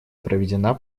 проведена